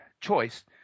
choice